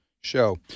show